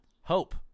Hope